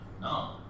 No